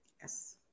yes